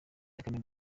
kaminuza